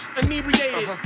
inebriated